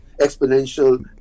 exponential